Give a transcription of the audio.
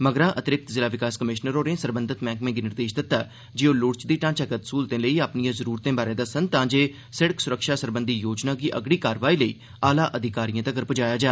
मगरा अतिरिक्त जिला विकास कमिषनर होरें सरबंधत मैहकमें गी निर्देष दित्ता जे ओह लोड़चदी ढांचागत स्टूलतें लेई अपनिएं जरूरतें बारै दस्सन तांजे सिड़क सुरक्षा सरबंधी योजना गी अगड़ी कार्रवाई लेई आला अधिकारिएं तक्कर पुजाया जा